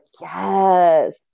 yes